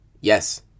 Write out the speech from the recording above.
Yes